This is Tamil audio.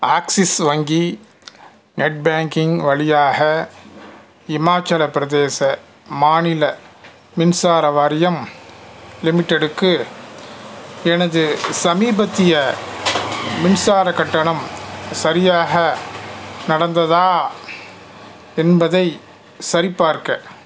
ஆக்சிஸ் வங்கி நெட் பேங்கிங் வழியாக இமாச்சலப் பிரதேச மாநில மின்சார வாரியம் லிமிட்டெடுக்கு எனது சமீபத்திய மின்சாரக் கட்டணம் சரியாக நடந்ததா என்பதைச் சரிபார்க்க